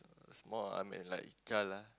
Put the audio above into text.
small I mean like child ah